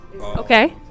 Okay